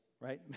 right